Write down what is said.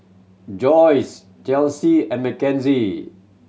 Joys Chelsy and Mackenzie